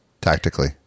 tactically